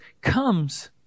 comes